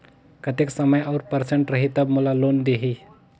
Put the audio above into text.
कतेक समय और परसेंट रही तब मोला लोन देही?